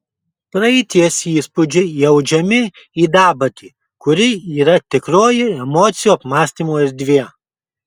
praeities įspūdžiai įaudžiami į dabartį kuri yra tikroji emocijų apmąstymų erdvė